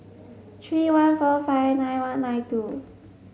three one four five nine one nine two